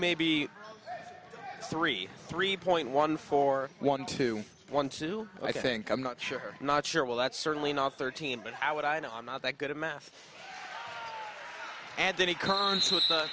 maybe three three point one four one two one two i think i'm not sure not sure well that's certainly not thirteen but i would i know i'm not that good at math and then